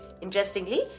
Interestingly